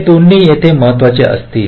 हे दोन्ही येथे महत्त्वाचे असतील